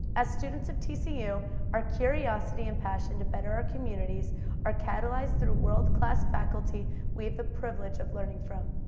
as students of tcu our curiosity and passion to better our communities are catalyzed through world class faculty we have the privilege of learning from.